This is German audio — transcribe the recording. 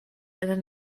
der